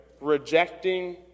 rejecting